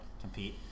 compete